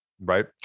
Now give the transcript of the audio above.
right